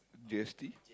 G_S_T